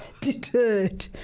Deterred